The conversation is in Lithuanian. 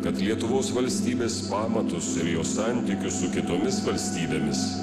kad lietuvos valstybės pamatus ir jos santykius su kitomis valstybėmis